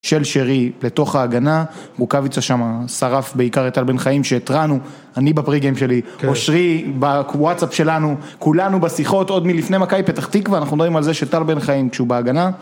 של שרי לתוך ההגנה, ברוכביץ' שמה שרף בעיקר את טל בן-חיים שהתרענו אני בפרי גיים שלי, אושרי בוואטסאפ שלנו, כולנו בשיחות עוד מלפני מכבי פתח תקווה, אנחנו מדברים על זה שטל בן-חיים כשהוא בהגנה